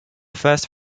first